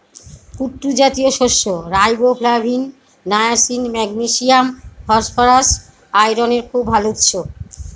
কুট্টু জাতীয় শস্য riboflavin, niacin, magnesium, phosphorus, আয়রনের খুব ভাল উৎস